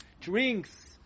drinks